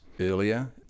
earlier